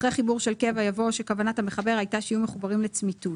אחרי 'חיבור של קבע' יבוא שכוונת המחבר הייתה שיהיו מחוברים לצמיתות.